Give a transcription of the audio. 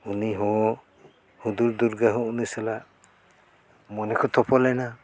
ᱩᱱᱤ ᱦᱚᱸ ᱦᱩᱫᱩᱲ ᱫᱩᱨᱜᱟᱹ ᱦᱚᱸ ᱩᱱᱤ ᱥᱟᱞᱟᱜ ᱢᱚᱱᱮ ᱠᱚ ᱛᱚᱯᱚᱞᱮᱱᱟ